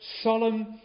solemn